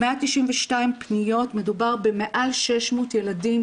192 פניות, מדובר במעל 600 ילדים